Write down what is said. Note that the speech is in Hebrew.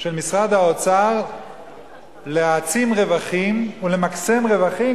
של משרד האוצר להעצים רווחים ולמקסם רווחים,